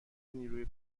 نیروی